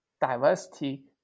diversity